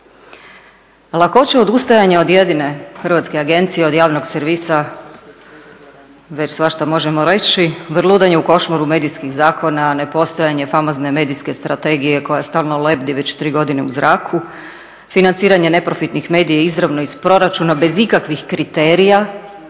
Lakoća odustajanja od jedine hrvatske agencije, od javnog servisa, već svašta možemo reći. Vrludanje u košmaru medijskih zakona, nepostojanje famozne medijske strategije koja stalno lebdi već 3 godine u zraku, financiranje neprofitnih medija izravno iz proračuna bez ikakvih kriterija,